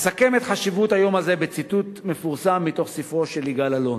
אסכם את חשיבות היום הזה בציטוט מפורסם מתוך ספרו של יגאל אלון: